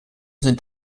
sind